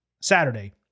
Saturday